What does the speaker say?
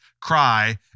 cry